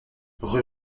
rue